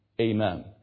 Amen